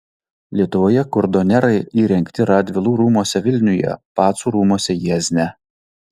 lietuvoje kurdonerai įrengti radvilų rūmuose vilniuje pacų rūmuose jiezne